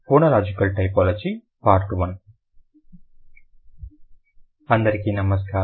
phonological typology part 1 అందరికీ నమస్కారం